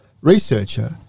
researcher